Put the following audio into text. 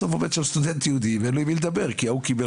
ובסוף עומד שם סטודנט יהודי ואין לו עם מי לדבר כי ההוא קיבל